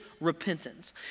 repentance